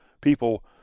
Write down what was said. people